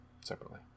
separately